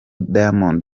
diamond